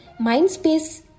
Mindspace